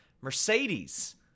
mercedes